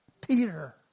Peter